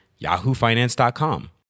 yahoofinance.com